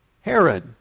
Herod